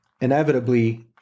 inevitably